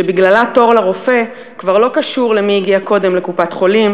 שבגללה תור לרופא כבר לא קשור למי הגיע קודם לקופת-חולים